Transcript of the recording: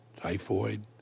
typhoid